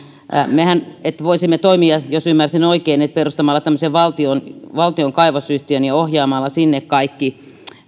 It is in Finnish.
mehän voisimme toimia jos ymmärsin oikein perustamalla tämmöisen valtion valtion kaivosyhtiön ja ohjaamalla sinne kaikki